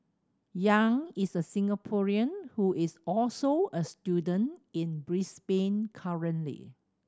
Yang is a Singaporean who is also a student in Brisbane currently